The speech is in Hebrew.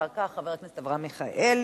אחר כך חבר הכנסת אברהם מיכאלי,